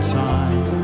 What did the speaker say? time